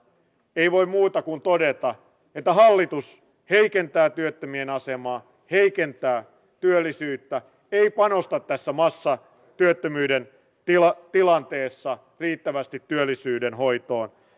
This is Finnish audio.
ei voi muuta kuin todeta että hallitus heikentää työttömien asemaa heikentää työllisyyttä ei panosta tässä massatyöttömyyden tilanteessa tilanteessa riittävästi työllisyyden hoitoon